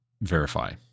verify